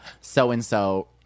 so-and-so